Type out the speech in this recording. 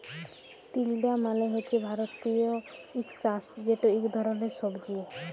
তিলডা মালে হছে ভারতীয় ইস্কয়াশ যেট ইক ধরলের সবজি